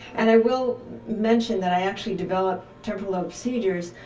and i will mention that i actually developed temporal lobe seizures